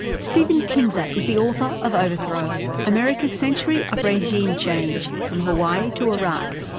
stephen kinzer is the author of overthrow america's century of regime change from hawaii to iraq.